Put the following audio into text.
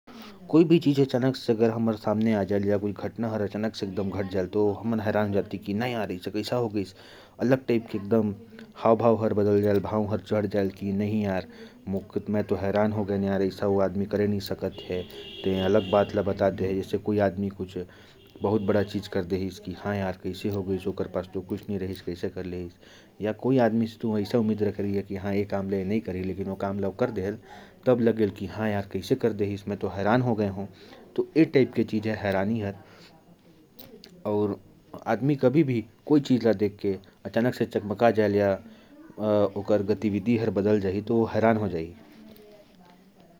कोई भी चीज़ अचानक से हमारे सामने आ जाए और घटना घट जाए, तो हैरान हो जाते हैं। या अगर किसी आदमी से अच्छा उम्मीद रही हो और वह कुछ गलत काम करते हुए दिखे, तो हैरानी होती है कि ऐसा कैसे कर दिया।